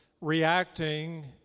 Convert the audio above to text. reacting